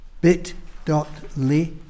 bit.ly